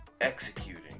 executing